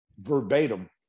verbatim